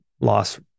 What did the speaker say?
loss